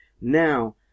Now